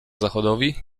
zachodowi